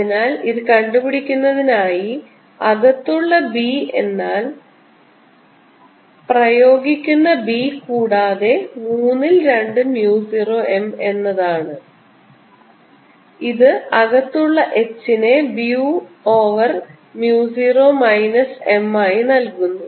അതിനാൽ ഇത് കണ്ടുപിടിക്കുന്നതിനായി അകത്തുള്ള b എന്നാൽ പ്രയോഗിക്കുന്ന b കൂടാതെ മൂന്നിൽ രണ്ട് mu 0 m എന്നതാണ് ഇത് അകത്തുള്ള h നെ b over mu 0 minus m ആയി നൽകുന്നു